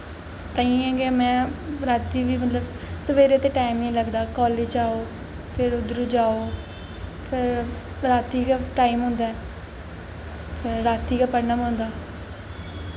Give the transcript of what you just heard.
ताहियें गै में रातीं बी मतलब सवेरै ते टैम निं लगदा कालेज जाओ फिर उद्धर जाओ फिर रातीं गै टैम होंदा ऐ रातीं गै पढना पौंदा ऐ